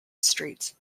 street